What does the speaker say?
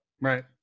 right